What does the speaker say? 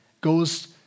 goes